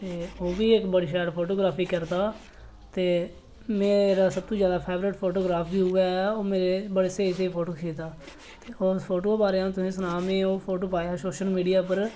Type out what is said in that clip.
ते ओह् बी इक बड़ी शैल फोटोग्राफी करदा ते मेरा सब तूं जैदा फेवरेट फोटू एह् बी ओह् ऐ और बी बड़े स्हेई स्हेई फोटो खिचदा ते उस फोटू दे बारै में तुसें सनाया में कि ओह् फोटू में पाए दा सोशल मिडिया उप्पर